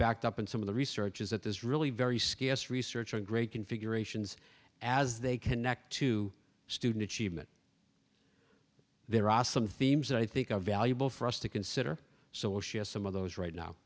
backed up in some of the research is that there's really very scarce research on great configurations as they connect to student achievement there are some themes that i think are valuable for us to consider so she has some of those right now